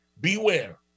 beware